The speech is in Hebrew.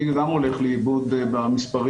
אני גם הולך לאיבוד במספרים,